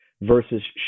versus